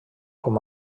com